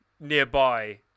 Nearby